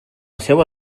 seua